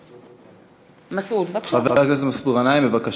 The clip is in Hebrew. מסעוד גנאים, בבקשה.